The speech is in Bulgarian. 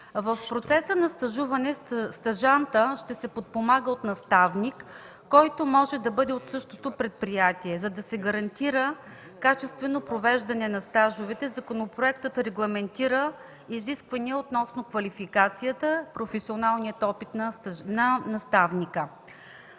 В процеса на стажуване стажантът ще се подпомага от наставник, който може да бъде от същото предприятие. За да се гарантира качествено провеждане на стажовете, законопроектът регламентира изисквания относно квалификацията и професионалния опит на наставника.